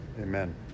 Amen